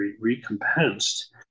recompensed